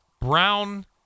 Brown